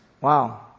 Wow